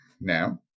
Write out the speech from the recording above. now